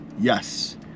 Yes